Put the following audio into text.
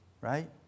right